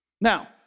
Now